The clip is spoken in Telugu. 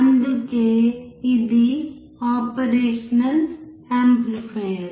అందుకే ఇది ఆపరేషనల్ యాంప్లిఫైయర్